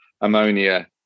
ammonia